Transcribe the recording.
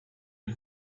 you